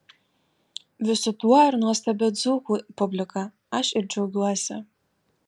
visu tuo ir nuostabia dzūkų publika aš ir džiaugiuosi